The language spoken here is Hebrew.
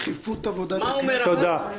דחיפות עבודת הכנסת?